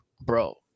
Bro